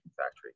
factory